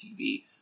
TV